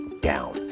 down